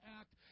act